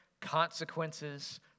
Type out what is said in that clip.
consequences